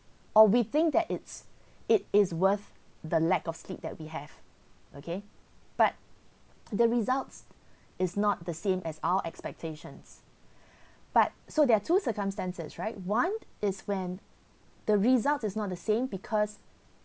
or we think that it's it is worth the lack of sleep that we have okay but the results is not the same as our expectations but so there are two circumstances right one is when the result is not the same because